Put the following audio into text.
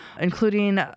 including